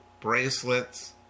bracelets